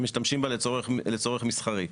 שמשתמשים בה לצורך מסחרי.